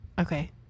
Okay